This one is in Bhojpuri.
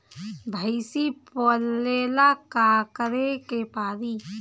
भइसी पालेला का करे के पारी?